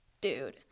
dude